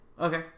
Okay